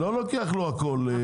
לא לוקח הכול לראש העיר.